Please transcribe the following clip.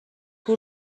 پول